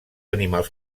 animals